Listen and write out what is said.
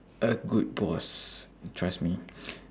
a good boss trust me